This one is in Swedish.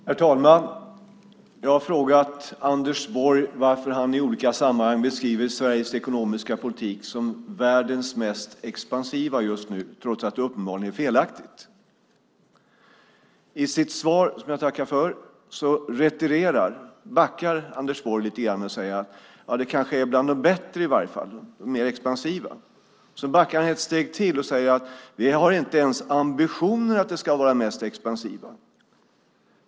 Herr talman! Jag har frågat Anders Borg varför han i olika sammanhang beskrivit Sveriges ekonomiska politik som världens mest expansiva just nu, trots att det uppenbarligen är felaktigt. I sitt svar, som jag tackar för, retirerar Anders Borg lite grann och säger att den kanske i vart fall är bland de bättre och mer expansiva. Sedan backar han ett steg till och säger att regeringen inte ens har ambitionen att den ska vara den mest expansiva.